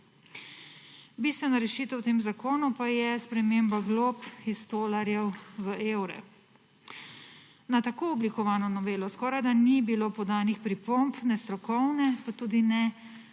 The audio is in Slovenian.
Bistvena rešitev v tem zakonu pa je sprememba glob iz tolarjev v evre. Na tako oblikovano novelo skorajda ni bilo podanih pripomb ne strokovne pa tudi ne